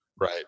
Right